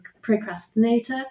procrastinator